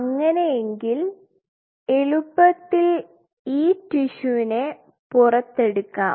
അങ്ങനെയെങ്കിൽ എളുപ്പത്തിൽ ഈ ടിഷ്യുവിന്റെ പുറത് എടുക്കാം